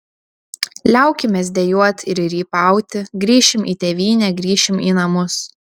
liaukimės dejuot ir rypauti grįšim į tėvynę grįšim į namus